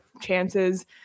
chances